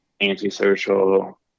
antisocial